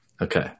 Okay